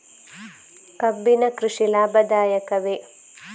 ಕಬ್ಬಿನ ಕೃಷಿ ಲಾಭದಾಯಕವೇ?